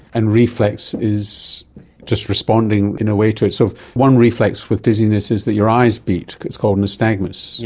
and reflex is just responding in a way to it. so one reflex with dizziness is that your eyes beat, it's called nystagmus, yeah